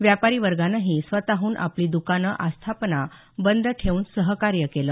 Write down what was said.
व्यापारी वर्गानेही स्वतःहून आपली द्कानं आस्थापना बंद ठेवून सहकार्य केलं